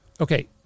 Okay